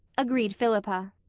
agreed philippa.